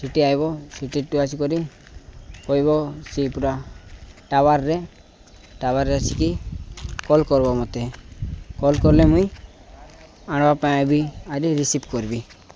ସେଠି ଆସିବ ସେଠୁ ଆସିକି କହିବ ସେଇ ପୁରା ଟାୱାର୍ରେ ଟାୱାର୍ରେ ଆସିକି କଲ୍ କରିବ ମୋତେ କଲ୍ କଲେ ମୁଁ ଆଣିବା ପାଇଁ ଆସିବି ଆସିକି ରିସିଭ କରିବି